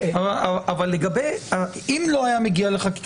אם זה לא היה מגיע לחקיקה,